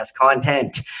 content